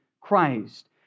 Christ